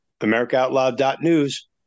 AmericaOutloud.news